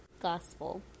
gospel